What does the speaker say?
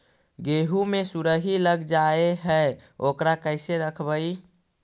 गेहू मे सुरही लग जाय है ओकरा कैसे रखबइ?